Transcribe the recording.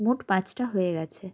মোট পাঁচটা হয়ে গেছে